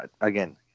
again